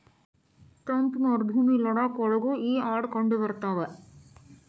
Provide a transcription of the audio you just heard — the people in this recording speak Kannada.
ತಂಪ ಮರಭೂಮಿ ಲಡಾಖ ಒಳಗು ಈ ಆಡ ಕಂಡಬರತಾವ